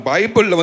Bible